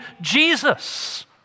Jesus